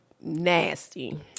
nasty